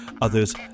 others